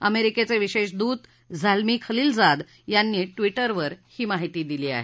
अमेरिकेचे विशेष दूत झाल्मी खलीलजाद यांनी ट्विटरवर ही माहिती दिली आहे